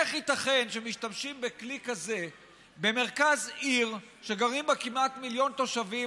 איך ייתכן שמשתמשים בכלי כזה במרכז עיר שגרים בה כמעט מיליון תושבים?